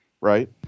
right